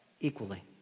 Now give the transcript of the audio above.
equally